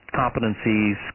competencies